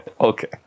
Okay